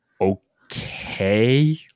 okay